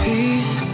Peace